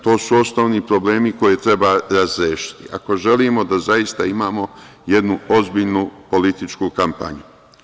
To su osnovni problemi koje treba razrešiti, ako želimo da zaista imamo jednu ozbiljnu političku kampanju.